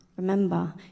Remember